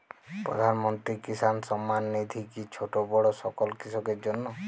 প্রধানমন্ত্রী কিষান সম্মান নিধি কি ছোটো বড়ো সকল কৃষকের জন্য?